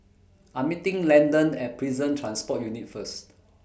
I'm meeting Landen At Prison Transport Unit First